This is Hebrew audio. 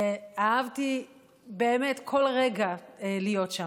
ואהבתי כל רגע להיות שם.